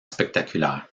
spectaculaires